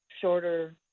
shorter